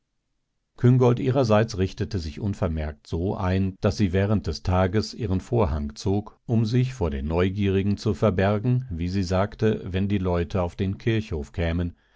küngolt ihrerseits richtete sich unvermerkt so ein daß sie während des tages ihren vorhang zog um sich vor den neugierigen zu verbergen wie sie sagte wenn leute auf den kirchhof kämen